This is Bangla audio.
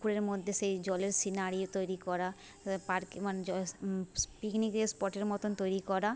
পুকুরের মধ্যে সেই জলের সিনারিও তৈরি করা পার্কে মানে জয়েস পিকনিকের স্পটের মতন তৈরি করা